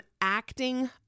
acting